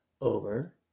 over